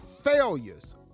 failures